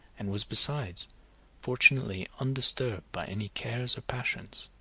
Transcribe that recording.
and was besides fortunately undisturbed by any cares or passions,